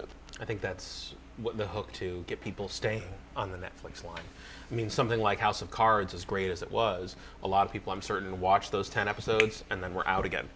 it i think that's what the hook to get people stay on the netflix line means something like house of cards as great as it was a lot of people i'm certain watch those ten episodes and then we're out again